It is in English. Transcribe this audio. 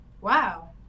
Wow